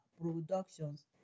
Productions